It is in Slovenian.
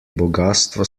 bogastvo